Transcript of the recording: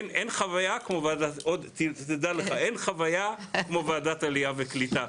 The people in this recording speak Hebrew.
באמת, תדע לך, אין חוויה כמו ועדת עלייה וקליטה.